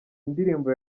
indirimbo